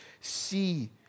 see